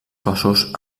cossos